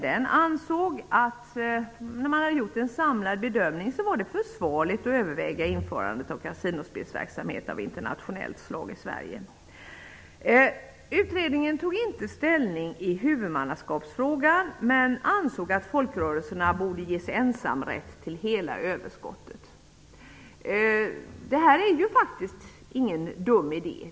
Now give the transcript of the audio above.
Den ansåg att när man hade gjort en samlad bedömning var det försvarligt att överväga införandet av kasinospelsverksamhet av internationellt slag i Sverige. Utredningen tog inte ställning i huvudmannaskapsfrågan men ansåg att folkrörelserna borde ges ensamrätt till hela överskottet. Det är faktiskt ingen dum idé.